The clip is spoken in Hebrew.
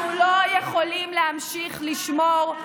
אנחנו לא יכולים להמשיך לשמור,